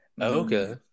Okay